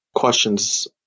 questions